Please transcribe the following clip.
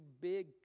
big